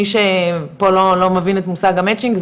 מי שפה לא מבין את מושג המצ'ינג,